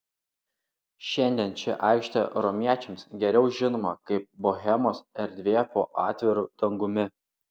šiandien ši aikštė romiečiams geriau žinoma kaip bohemos erdvė po atviru dangumi